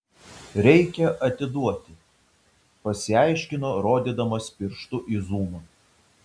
reikia atiduoti pasiaiškino rodydamas pirštu į zumą